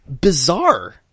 bizarre